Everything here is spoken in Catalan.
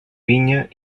vinya